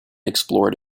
explored